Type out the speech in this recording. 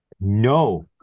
No